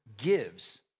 gives